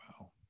Wow